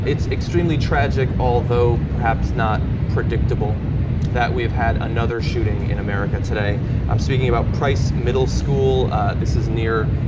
it's extremely tragic although perhaps not predictable that we've had another shooting in america today i'm seeing about price middle school this is near